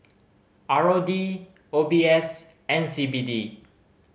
R O D O B S and C B D